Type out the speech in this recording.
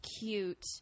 cute